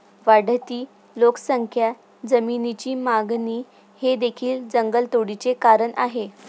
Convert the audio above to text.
वाढती लोकसंख्या, जमिनीची मागणी हे देखील जंगलतोडीचे कारण आहे